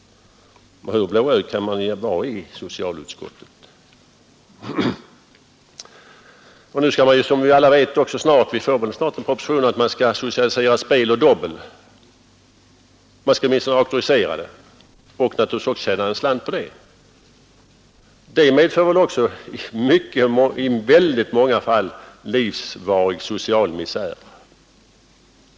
Hur blåögd kan man vara i socialutskottet? Det kommer väl ganska snart att läggas fram en proposition om att vi skall socialisera spel och dobbel — eller åtminstone auktorisera det, och naturligtvis också tjäna en slant på det. Spel medför också i många fall livsvarig social misär!